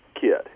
kid